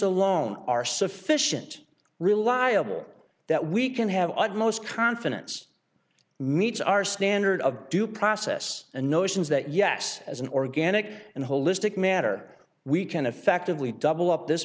alone are sufficient reliable that we can have utmost confidence meets our standard of due process and notions that yes as an organic and holistic matter we can effectively double up this